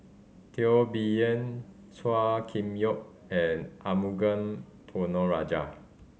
Teo Bee Yen Chua Kim Yeow and Amugam Ponnu Rajah